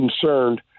concerned